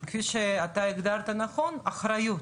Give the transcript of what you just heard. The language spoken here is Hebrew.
כפי שאתה הגדרת נכון, אחריות.